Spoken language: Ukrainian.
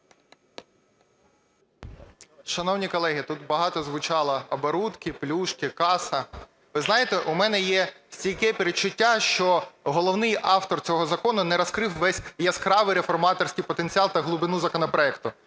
Шановні колеги, тут багато звучало "оборудки", "плюшки", "каса". Ви знаєте, у мене є стійке передчуття, що головний автор цього закону не розкрив весь яскравий реформаторський потенціал та глибину законопроекту